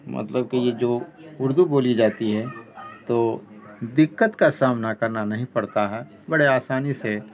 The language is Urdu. مطلب کہ یہ جو اردو بولی جاتی ہے تو دقت کا سامنا کرنا نہیں پڑتا ہے بڑے آسانی سے